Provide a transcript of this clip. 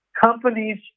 companies